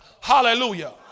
Hallelujah